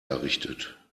errichtet